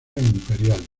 imperial